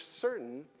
certain